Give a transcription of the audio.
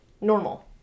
Normal